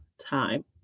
time